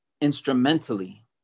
instrumentally